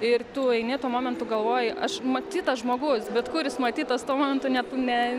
ir tu eini tuo momentu galvoji aš matytas žmogus bet kur jis matytas tuo momentu ne ne